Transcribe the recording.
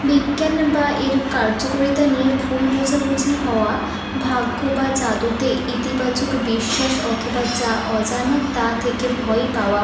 বিজ্ঞান বা এর কার্যকরিতা নিয়ে ভুল বোঝাবুঝি হওয়া ভাগ্য বা জাদুতে ইতিবাচক বিশ্বাস অথবা যা অজানা তা থেকে ভয় পাওয়া